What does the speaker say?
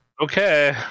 okay